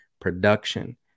production